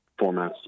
formats